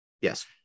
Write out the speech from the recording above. Yes